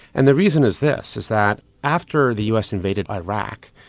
and the reason is this, is that after the us invaded iraq,